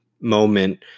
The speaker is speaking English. moment